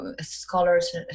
scholars